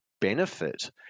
benefit